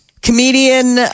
Comedian